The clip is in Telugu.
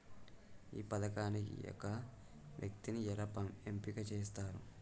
ఈ పథకానికి ఒక వ్యక్తిని ఎలా ఎంపిక చేస్తారు?